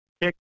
kick